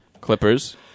Clippers